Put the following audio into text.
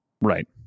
Right